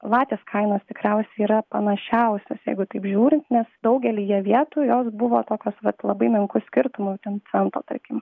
latės kainos tikriausiai yra panašiausios jeigu taip žiūrint nes daugelyje vietų jos buvo tokios vat labai menku skirtumu ten cento tarkim